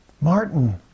Martin